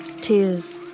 Tears